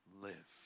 live